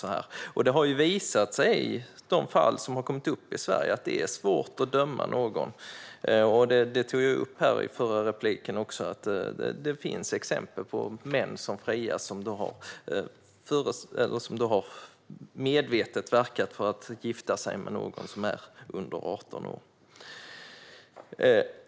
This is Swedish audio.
I de fall som har kommit upp i Sverige har det ju också visat sig att det är svårt att döma någon - jag tog upp i det förra inlägget att det finns exempel på män som har friats efter att medvetet ha verkat för att gifta sig med någon som är under 18 år.